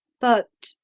but,